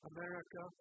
America